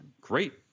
Great